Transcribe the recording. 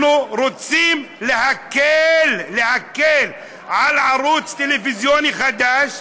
אנחנו רוצים להקל, להקל, על ערוץ טלוויזיוני חדש,